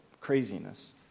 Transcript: Craziness